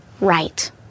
right